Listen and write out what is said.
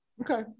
Okay